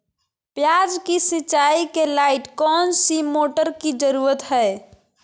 प्याज की सिंचाई के लाइट कौन सी मोटर की जरूरत है?